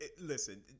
Listen